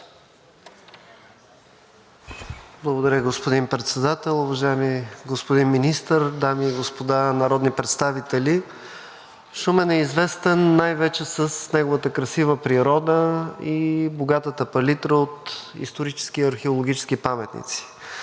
Благодаря Ви, господин Председател. Уважаеми господин Министър, дами и господа народни представители! Шумен е известен най-вече с неговата красива природа и богатата палитра от исторически и археологически паметници.